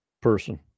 person